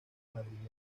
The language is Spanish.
madrileños